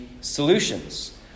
solutions